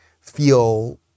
feel